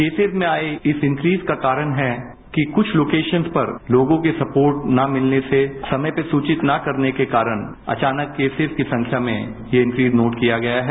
cases में आए इस इंक्रीज का कारण है कि कुछ लोकशन पर लोगों की स्पोर्ट न मिलने से समय पर सूवित न करने के कारण अचानक केसेस की संख्या में यह इंक्रीज नोट किया गया है